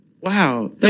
Wow